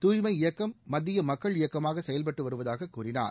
தூய்மை இயக்கம் மத்திய மக்கள் இயக்கமாக செயல்பட்டு வருவதாகக் கூறினார்